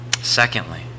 Secondly